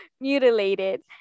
Mutilated